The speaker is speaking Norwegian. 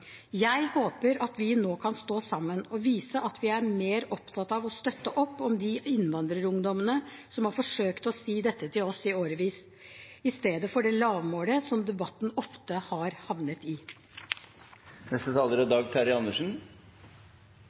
Jeg håper at vi nå kan stå sammen og vise at vi er mer opptatt av å støtte opp om de innvandrerungdommene som har forsøkt å si dette til oss i årevis, i stedet for det lavmålet som debatten ofte har havnet i.